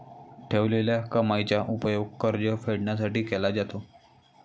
ठेवलेल्या कमाईचा उपयोग कर्ज फेडण्यासाठी केला जातो